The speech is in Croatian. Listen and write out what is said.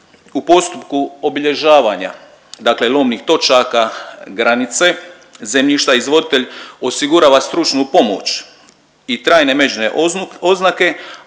U postupku obilježavanja, dakle lomnih točaka granice zemljišta izvoditelj osigurava stručnu pomoć i trajne međne oznake,